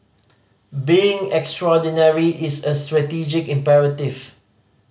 being extraordinary is a strategic imperative